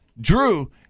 Drew